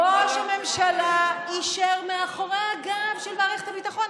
ראש הממשלה אישר מאחורי הגב של מערכת הביטחון.